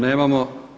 Nemamo.